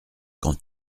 quand